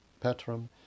petrum